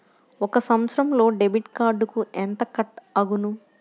ఒక సంవత్సరంలో డెబిట్ కార్డుకు ఎంత కట్ అగును?